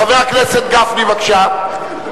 חבר הכנסת גפני, בבקשה.